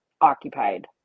occupied